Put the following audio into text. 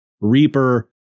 Reaper